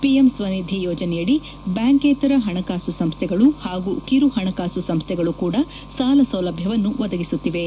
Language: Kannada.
ಪಿಎಂ ಸ್ವನಿಧಿ ಯೋಜನೆಯಡಿ ಬ್ಯಾಂಕ್ಯೇತರ ಹಣಕಾಸು ಸಂಸ್ದೆಗಳು ಹಾಗೂ ಕಿರು ಹಣಕಾಸು ಸಂಸ್ಥೆಗಳು ಕೂಡ ಸಾಲ ಸೌಲಭ್ಯವನ್ನು ಒದಗಿಸುತ್ತಿವೆ